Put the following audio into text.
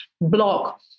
block